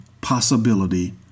possibility